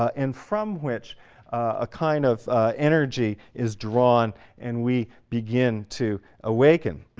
ah and from which a kind of energy is drawn and we begin to awaken.